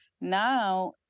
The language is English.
now